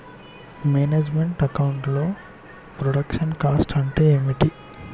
Manage meant account లో production cost అంటే ఏమిటి?